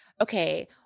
okay